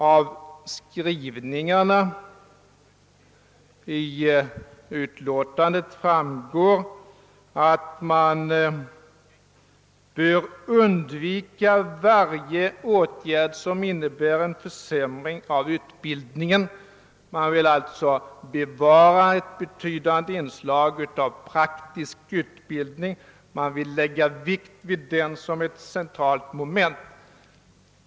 Av skrivningen i utlåtandet framgår, att utskottet vill undvika varje åtgärd som innebär en försämring av utbildningen, att man alltså vill bevara ett betydande inslag av praktisk utbildning, att man vill betrakta den som ett centralt moment.